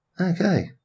Okay